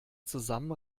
zusammen